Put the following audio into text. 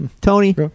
Tony